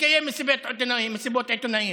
יקיים מסיבות עיתונאים.